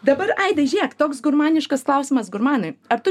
dabar aidai žiūrėk toks gurmaniškas klausimas gurmanui ar tu